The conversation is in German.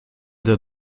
der